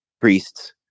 priests